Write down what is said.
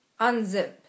Unzip